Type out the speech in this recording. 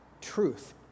truth